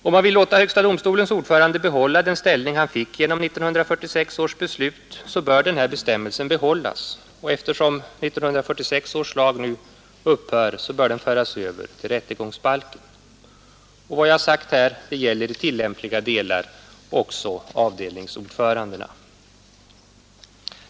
Om man vill låta högsta domstolens ordförande behålla den ställning han fick genom 1946 års beslut, bör den här bestämmelsen behållas, och eftersom 1946 års lag nu upphör bör stadgandet föras över till rättegångsbalken. Vad jag här sagt gäller i tillämpliga delar också avdelningsordförandena.